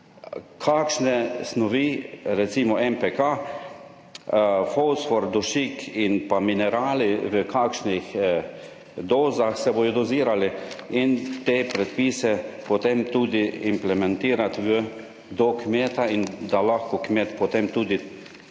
kakšne snovi, recimo NPK, fosfor, dušik in pa minerali, v kakšnih dozah se bodo dozirali in te predpise potem tudi implementirati v, do kmeta in da lahko kmet potem tudi